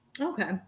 Okay